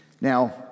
Now